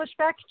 pushback